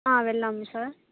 వెళ్ళాం సార్